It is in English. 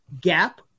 gap